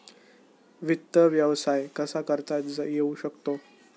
वित्त व्यवसाय कसा करता येऊ शकतो?